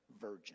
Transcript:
virgin